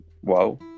Whoa